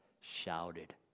shouted